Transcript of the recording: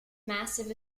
massive